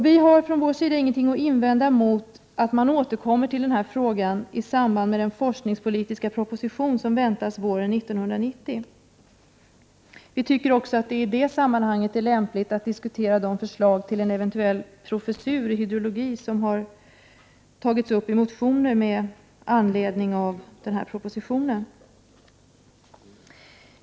Vi har från vår sida ingenting att invända mot att man återkommer till denna fråga i samband med forskningspolitiska propositionen som väntas våren 1990. Vi tycker att det är lämpligt att i det sammanhanget diskutera det förslag till eventuell professur i hydrologi som tagits upp i motioner med anledning av propositionen.